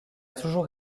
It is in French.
toujours